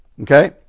Okay